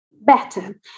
better